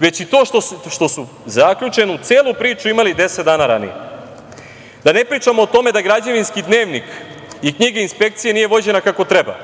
Već i to što su zaključenu celu priču imali 10 dana radnije. Da ne pričamo o tome da građevinski dnevnik i knjiga inspekcije nije vođena kako treba.